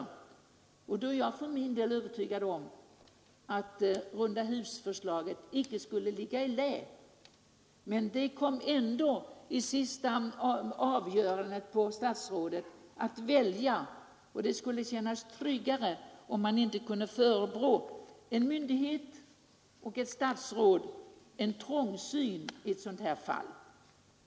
Då är jag för min del övertygad om att rundahusförslaget icke skulle ligga i lä. Det slutliga avgörandet kommer ändå att få träffas av statsrådet, men det skulle kännas tryggare om man inte kunde förebrå en myndighet eller ett statsråd för trångsynthet i ett sådant här fall.